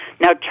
Now